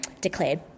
declared